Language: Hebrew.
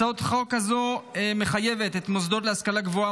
הצעת החוק הזאת מחייבת את המוסדות להשכלה גבוהה,